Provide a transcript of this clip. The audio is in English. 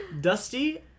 Dusty